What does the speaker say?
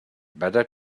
better